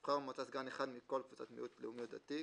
תבחר המועצה סגן אחד מכל קבוצת מיעוט לאומי או דתי,